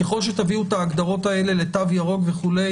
ככל שתביאו את ההגדרות האלה לתו ירוק וכו'